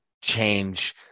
change